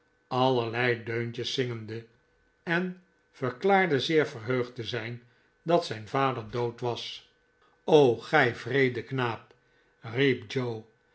allerlei deuntjes zingende en verklaarde zeer verheugd te zijn dat zijn vader dood was gij wreede knaap